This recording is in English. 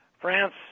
France